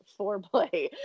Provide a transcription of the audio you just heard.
foreplay